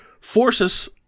forces